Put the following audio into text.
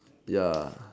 ya